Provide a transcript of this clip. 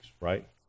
right